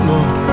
Lord